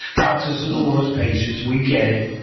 doctors are the worst patients, we get it,